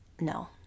No